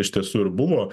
iš tiesų ir buvo